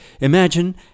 Imagine